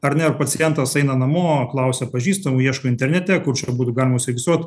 ar ne ar pacientas eina namo klausia pažįstamų ieško internete kur čia būtų galima užsiregistruot